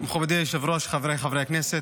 מכובדי היושב-ראש, חבריי חברי הכנסת,